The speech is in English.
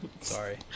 Sorry